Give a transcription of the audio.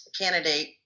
candidate